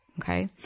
Okay